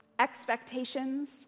Expectations